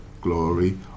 glory